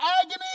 agony